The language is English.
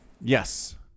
Yes